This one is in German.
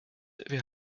wir